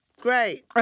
great